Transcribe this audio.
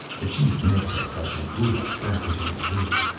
the chief meditech ushered dulaq back into his booth.